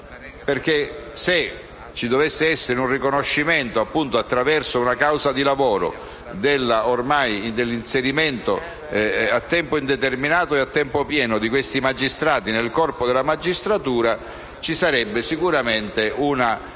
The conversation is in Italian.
Infatti se ci dovesse essere un riconoscimento attraverso una causa di lavoro dell'inserimento a tempo indeterminato e a tempo pieno di questi magistrati nel corpo della magistratura, ci sarebbe sicuramente